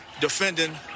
defending